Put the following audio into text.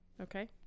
Okay